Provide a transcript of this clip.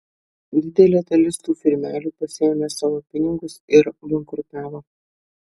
didelė dalis tų firmelių pasiėmė savo pinigus ir bankrutavo